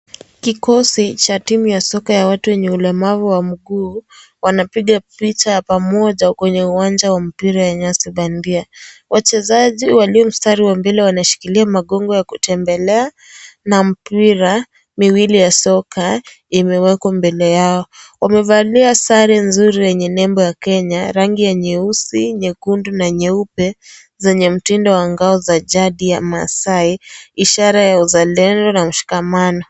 Kikosi cha timu ya soka ya watu wenye ulemavu wa mguu wanapiga picha ya pamoja kwenye uwanja wa mpira wa nyasi bandia. Wachezaji walio mstari wa mbele wanashikilia magongo ya kutembelea na mpira miwili ya soka imewekwa mbele yao. Wamevalia sare nzuri yenye nembo ya Kenya rangi ya nyeusi, nyekundu na nyeupe zenye mtindo wa ngao za jadi ya maasai, ishara ya uzalendo na mshikamano.